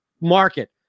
market